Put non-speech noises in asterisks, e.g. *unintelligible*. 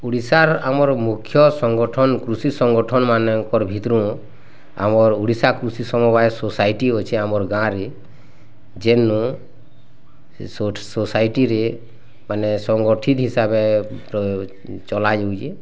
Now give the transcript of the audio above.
ଓଡ଼ିଶାର ଆମର ମୁଖ୍ୟ ସଂଗଠନ କୃଷି ସଂଗଠନମାନଙ୍କର ଭିତୁରୁଁ ଆମର ଓଡ଼ିଶା କୃଷି ସମବାୟ ସୋସାଇଟି ଅଛି ଆମର୍ ଗାଁରେ ଯେନୁ ସେ ସୋସାଇଟିରେ ମାନେ ସଂଗଠିତ ହିସାବେ *unintelligible* ଚଲା ଯାଉଛି